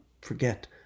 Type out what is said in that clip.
forget